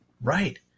Right